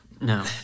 No